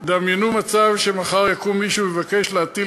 דמיינו מצב שמחר יקום מישהו ויבקש להטיל